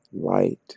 light